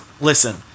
listen